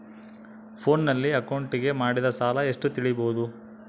ಫೋನಿನಲ್ಲಿ ಅಕೌಂಟಿಗೆ ಮಾಡಿದ ಸಾಲ ಎಷ್ಟು ತಿಳೇಬೋದ?